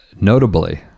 Notably